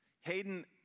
Hayden